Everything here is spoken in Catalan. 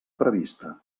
prevista